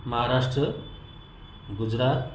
Maharashtra Gujarat